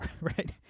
right